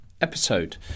episode